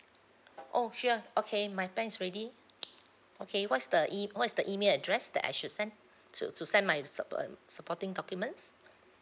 oh sure okay my pen is ready okay what's the e~ what's the email address that I should send to to send my sup~ um supporting documents